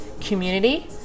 community